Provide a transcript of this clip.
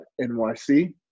nyc